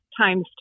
times